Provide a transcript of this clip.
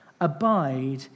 Abide